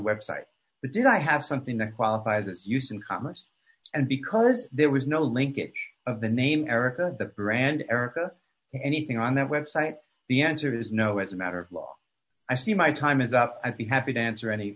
website but did i have something that qualifies its use in commerce and because there was no linkage of the name erica the brand erica anything on that website the answer is no as a matter of law i see my time is up i'd be happy to answer any